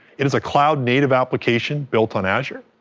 it is a cloud native application built on azure,